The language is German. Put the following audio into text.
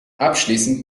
abschließend